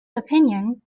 opinion